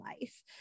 life